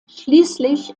schließlich